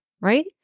right